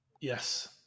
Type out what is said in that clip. Yes